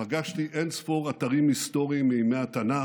פגשתי אין-ספור אתרים היסטוריים מימי התנ"ך,